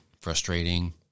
frustrating